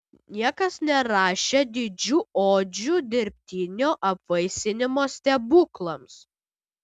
niekas nerašė didžių odžių dirbtinio apvaisinimo stebuklams